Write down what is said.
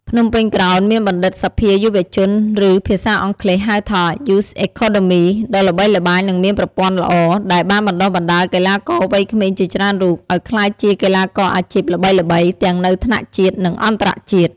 ភ្នំពេញក្រោនមានបណ្ឌិតសភាយុវជន ឬ ភាសាអង់គ្លេសហៅថា Youth Academy ដ៏ល្បីល្បាញនិងមានប្រព័ន្ធល្អ ដែលបានបណ្តុះបណ្តាលកីឡាករវ័យក្មេងជាច្រើនរូបឲ្យក្លាយជាកីឡាករអាជីពល្បីៗទាំងនៅថ្នាក់ជាតិ និងអន្តរជាតិ។